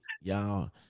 y'all